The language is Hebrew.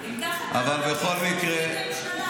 אם כך, אתה לא מכיר חצי ממשלה.